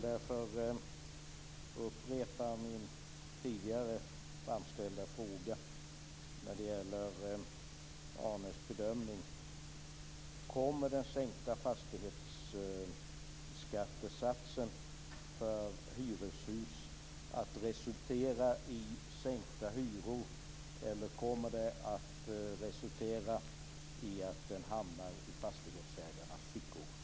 Jag vill därför upprepa min tidigare framställda fråga vad gäller Arne Kjörnsbergs bedömning: Kommer den sänkta fastighetsskattesatsen för hyreshus att resultera i sänkta hyror, eller kommer pengarna att till slut hamna i fastighetsägarnas fickor?